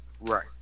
Right